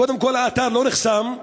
קודם כול, האתר לא נחסם,